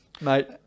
Mate